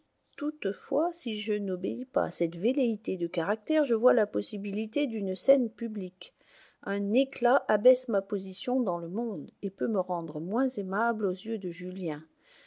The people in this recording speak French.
toutefois si je n'obéis pas à cette velléité de caractère je vois la possibilité d'une scène publique un éclat abaisse ma position dans le monde et peut me rendre moins aimable aux yeux de julien